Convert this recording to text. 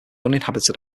uninhabited